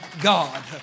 God